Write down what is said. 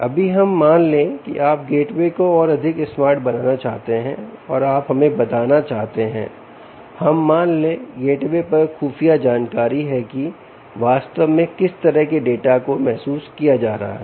अभी हम मान लें कि आप गेटवे को और अधिक स्मार्ट बनाना चाहते हैं और आप हमें बताना चाहते हैं हम मान लें गेटवे पर खुफिया जानकारी है कि वास्तव में किस तरह के डाटा को महसूस किया जा रहा है